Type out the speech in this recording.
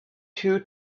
two